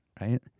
right